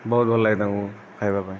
ବହୁତ ଭଲ ଲାଗେ ତାଙ୍କୁ ଖାଇବା ପାଇଁ